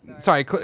sorry